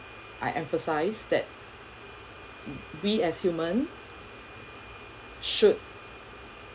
I emphasizes that being as human should